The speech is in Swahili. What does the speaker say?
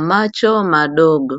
macho madogo.